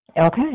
okay